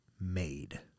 made